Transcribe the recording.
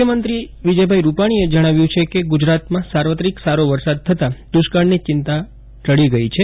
મુખ્યમંત્રી વિજયભાઇ રુપાણીએ જણાવ્યું છે કે ગુજરાતમાં સાવીત્રિક સારો વરસાદ થતાં દુષ્કાળની ચિંતા ટળી ગઇ છે